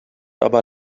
aber